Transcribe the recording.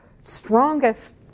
strongest